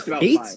eight